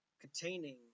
containing